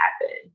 happen